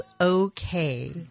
okay